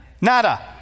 nada